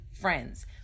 friends